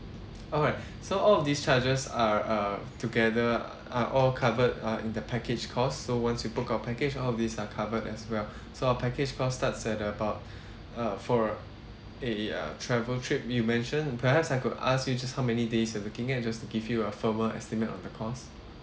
alright so all of these charges are are together are all covered uh in the package cost so once you book our package all of these are covered as well so our package cost starts at about a for a uh travel trip you mention perhaps I could ask you just how many days you are looking at just to give you a firmer estimate on the cost